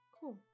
Cool